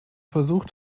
versucht